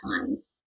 times